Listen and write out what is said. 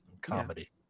comedy